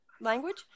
language